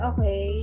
Okay